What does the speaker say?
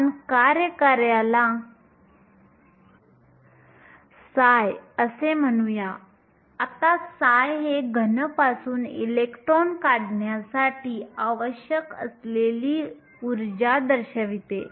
आपण कार्य कार्याला ψ म्हणूया आता ψ हे घन पासून इलेक्ट्रॉन काढण्यासाठी आवश्यक असलेली ऊर्जा दर्शवते